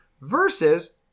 versus